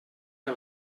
que